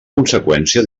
conseqüència